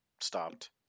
stopped